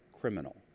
criminal